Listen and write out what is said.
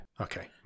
Okay